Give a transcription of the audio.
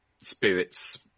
spirits